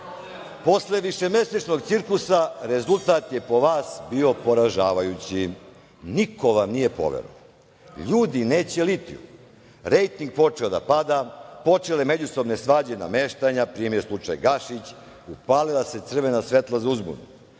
džabe. Posle višemesečnog cirkusa rezultat je po vas bio poražavajući. Niko vam nije poverovao. Ljudi neće litijum. Rejting je počeo da pada, počele međusobne svađe i nameštanja, na primer slučaj Gašić, upalila se crvena svetla za uzbunu. Videli